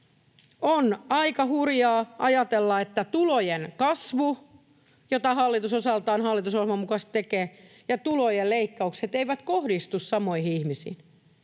On aika hurjaa ajatella, että tulojen kasvu, jota hallitus osaltaan hallitusohjelman mukaisesti tekee, ja tulojen leikkaukset eivät kohdistu samoihin ihmisiin.